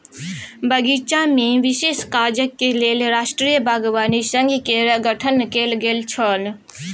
बगीचामे विशेष काजक लेल राष्ट्रीय बागवानी संघ केर गठन कैल गेल छल